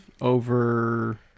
over